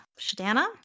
Shadana